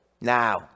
Now